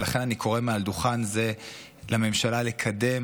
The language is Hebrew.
ולכן אני קורא מעל דוכן זה לממשלה לקדם